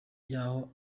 y’aho